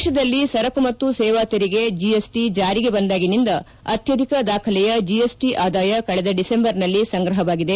ದೇಶದಲ್ಲಿ ಸರಕು ಮತ್ತು ಸೇವಾ ತೆರಿಗೆ ಜಿಎಸ್ಟಿ ಜಾರಿಗೆ ಬಂದಾಗಿನಿಂದ ಅತ್ಪಧಿಕ ದಾಖಲೆಯ ಜಿಎಸ್ಟಿ ಆದಾಯ ಕಳೆದ ಡಿಸೆಂಬರ್ನಲ್ಲಿ ಸಂಗ್ರಹವಾಗಿದೆ